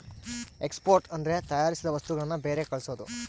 export ಅಂದ್ರೆ ತಯಾರಿಸಿದ ವಸ್ತುಗಳನ್ನು ಬೇರೆ ಕಳ್ಸೋದು